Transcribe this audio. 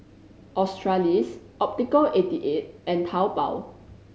Australis Optical Eighty Eight and Taobao